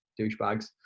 douchebags